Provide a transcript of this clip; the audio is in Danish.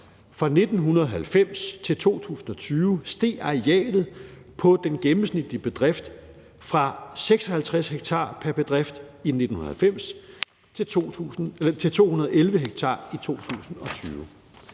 Fra 1990 til 2020 steg arealet på den gennemsnitlige bedrift fra 56 ha pr. bedrift i 1990 til 211 ha pr.